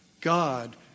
God